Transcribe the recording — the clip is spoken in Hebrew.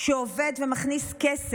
שעובד ומכניס כסף.